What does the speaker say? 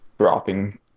dropping